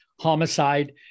homicide